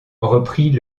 reprit